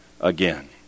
again